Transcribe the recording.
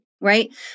right